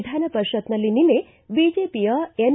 ವಿಧಾನ ಪರಿಷತ್ನಲ್ಲಿ ನಿನ್ನೆ ಬಿಜೆಪಿಯ ಎನ್